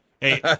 Hey